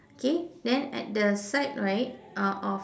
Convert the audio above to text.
okay then at the side right uh of